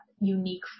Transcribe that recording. unique